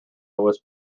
was